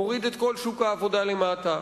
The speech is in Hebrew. מוריד את כל שוק העבודה למטה,